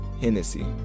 Hennessy